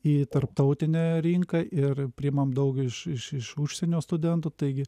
į tarptautinę rinką ir priimam daug iš iš iš užsienio studentų taigi